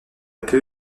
peu